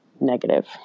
negative